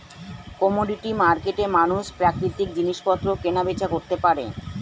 commodity মার্কেটে মানুষ প্রাকৃতিক জিনিসপত্র কেনা বেচা করতে পারে